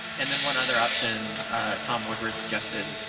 and then one other option tom woodward suggested.